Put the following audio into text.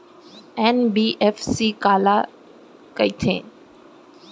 NBFC काला कहिथे?